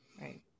Right